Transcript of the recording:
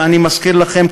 ואני מזכיר לכם,